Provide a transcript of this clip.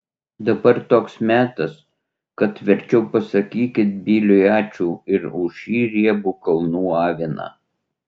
dabar toks metas kad verčiau pasakykit biliui ačiū ir už šį riebų kalnų aviną